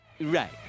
Right